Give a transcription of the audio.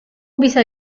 bisa